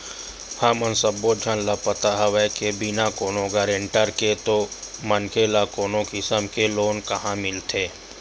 हमन सब्बो झन ल पता हवय के बिना कोनो गारंटर के तो मनखे ल कोनो किसम के लोन काँहा मिलथे